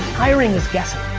hiring is guessing,